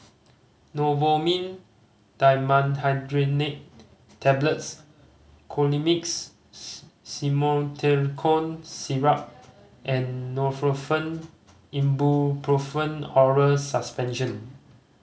Novomin Dimenhydrinate Tablets Colimix Simethicone Syrup and Nurofen Ibuprofen Oral Suspension